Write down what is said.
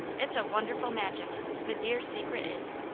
it's a wonderful magic the dear secret is,